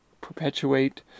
perpetuate